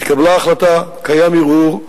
התקבלה החלטה, קיים ערעור.